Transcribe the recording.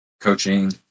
coaching